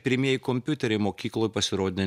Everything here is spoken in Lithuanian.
pirmieji kompiuteriai mokykloj pasirodė